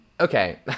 Okay